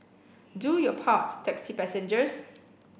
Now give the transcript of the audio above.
do your part taxi passengers